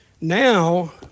Now